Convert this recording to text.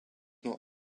not